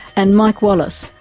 and mike wallace,